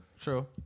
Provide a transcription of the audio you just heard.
True